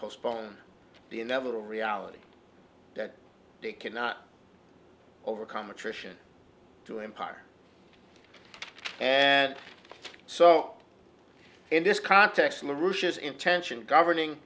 postpone the inevitable reality that they cannot overcome attrition to empire and so in this context of the russia's intention governing